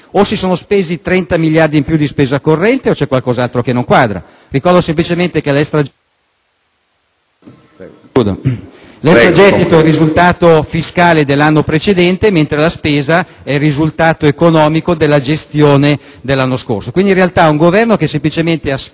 o si sono spesi 30 miliardi in più di spesa corrente o c'è qualcos'altro che non quadra. Ricordo semplicemente che l'extragettito è il risultato fiscale dell'anno precedente, mentre la spesa è il risultato economico della gestione dell'anno scorso. In realtà, quindi, si tratta di